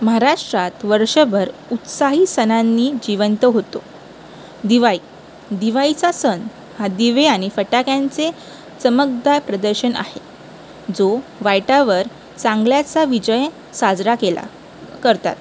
महाराष्ट्रात वर्षभर उत्साही सणांनी जिवंत होतो दिवाळी दिवाळीचा सण हा दिवे आणि फटाक्यांचे चमकदार प्रदर्शन आहे जो वाईटावर चांगल्याचा विजय साजरा केला करतात